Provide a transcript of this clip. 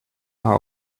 are